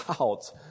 out